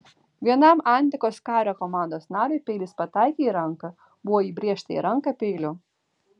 vienam antikos kario komandos nariui peilis pataikė į ranką buvo įbrėžta į ranką peiliu